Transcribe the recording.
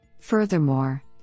Furthermore